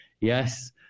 Yes